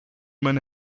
meine